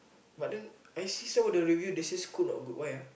but then I see some of the review they say Scoot not good why ah